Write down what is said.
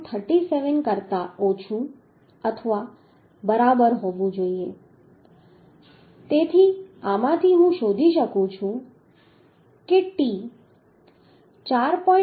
37 કરતા ઓછું અથવા બરાબર હોવું જોઈએ તેથી આમાંથી હું શોધી શકું છું કે t 4